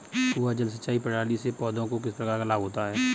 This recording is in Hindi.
कुआँ जल सिंचाई प्रणाली से पौधों को किस प्रकार लाभ होता है?